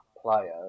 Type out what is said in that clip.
player